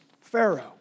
Pharaoh